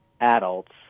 adults